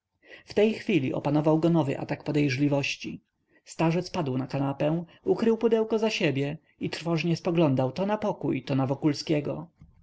w tej chwili opanował go nowy atak podejrzliwości starzec padł na kanapę ukrył pudło za siebie i trwożnie spoglądał to na pokój to